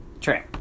true